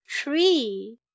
tree